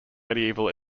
medieval